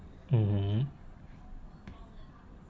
mmhmm